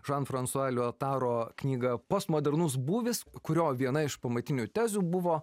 žan fransua liotaro knygą postmodernus būvis kurio viena iš pamatinių tezių buvo